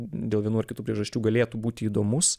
dėl vienų ar kitų priežasčių galėtų būti įdomus